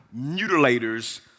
mutilators